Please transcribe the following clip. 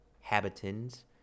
habitants